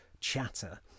chatter